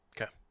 Okay